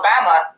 Alabama